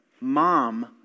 mom